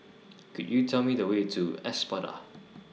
Could YOU Tell Me The Way to Espada